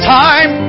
time